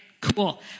cool